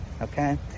okay